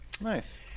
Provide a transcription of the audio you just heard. Nice